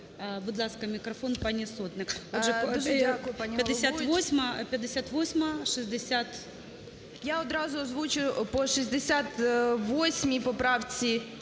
Будь ласка, мікрофон пані Сотник.